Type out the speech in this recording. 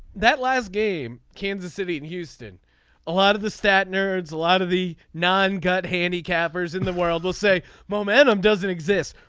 that last game kansas city and houston a lot of the stat nerds a lot of the non gut handicappers in the world will say momentum doesn't exist.